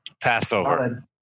Passover